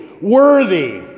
worthy